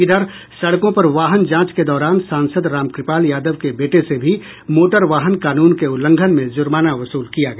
इधर सड़कों पर वाहन जांच के दौरान सांसद रामकृपाल यादव के बेटे से भी मोटर वाहन कानून के उल्लंघन में जूर्माना वसूल किया गया